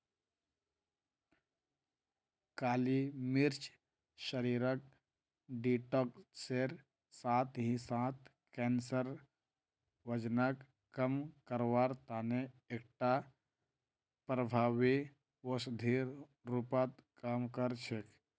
काली मिर्च शरीरक डिटॉक्सेर साथ ही साथ कैंसर, वजनक कम करवार तने एकटा प्रभावी औषधिर रूपत काम कर छेक